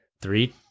three